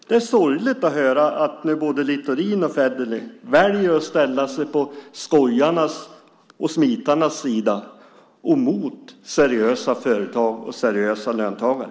Det är sorgligt att höra att både Littorin och Federley väljer att ställa sig på skojarnas och smitarnas sida mot seriösa företag och seriösa löntagare.